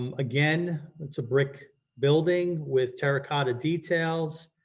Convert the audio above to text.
um again, that's a brick building with terracotta details